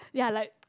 ya like